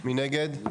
1 נגד,